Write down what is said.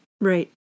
Right